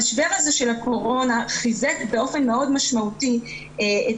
משבר הקורונה חיזק באופן משמעותי את